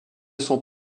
sont